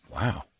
Wow